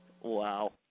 Wow